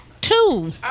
Two